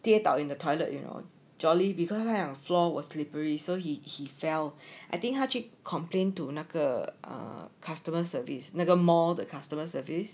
跌倒 in the toilet you know jolly because 他讲 floor was slippery so he he fell I think 他去 complained to 那个 ah customer service 那个 mall the customer service